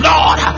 Lord